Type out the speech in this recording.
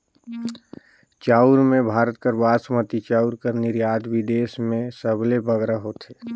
चाँउर में भारत कर बासमती चाउर कर निरयात बिदेस में सबले बगरा होथे